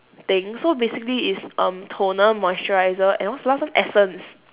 thing so basically it's um toner moisturiser and what's the last one essence